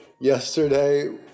Yesterday